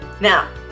now